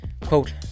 quote